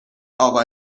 اقا